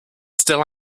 still